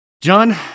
John